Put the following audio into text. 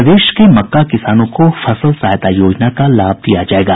प्रदेश के मक्का किसानों को फसल सहायता योजना का लाभ दिया जायेगा